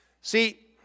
See